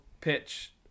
pitch